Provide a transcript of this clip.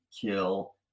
kill